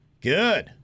Good